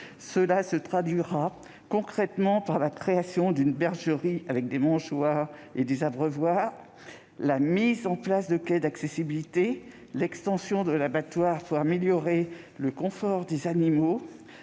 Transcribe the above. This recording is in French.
Cela se traduira concrètement par la création d'une bergerie avec des mangeoires et des abreuvoirs, la mise en place de quais d'accessibilité, l'extension de l'abattoir pour améliorer le confort des animaux,